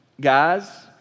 guys